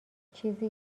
چیزی